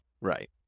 right